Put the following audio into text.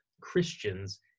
Christians